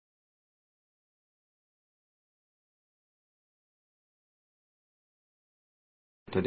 ಇದು ಬಾಹ್ಯ ಸಾಮಾನ್ಯವಾಗಿದೆ ಆದ್ದರಿಂದ ಎಲ್ಲವೂ ಸ್ಥಿರವಾಗಿರುತ್ತದೆ